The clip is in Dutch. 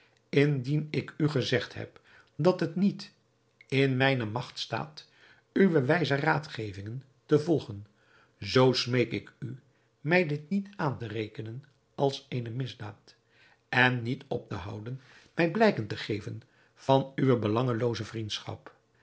indien ik u gezegd heb dat het niet in mijne magt staat uwe wijze raadgevingen te volgen zoo smeek ik u mij dit niet aan te rekenen als eene misdaad en niet op te houden mij blijken te geven van uwe belangelooze vriendschap